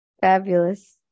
fabulous